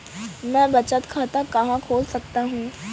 मैं बचत खाता कहाँ खोल सकता हूँ?